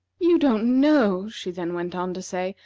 you don't know, she then went on to say,